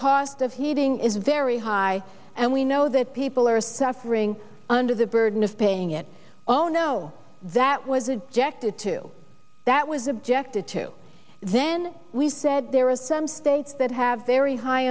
cost of heating is very high and we know that people are suffering under the burden of paying it oh no that was a jested to that was objected to then we said there are some states that have very high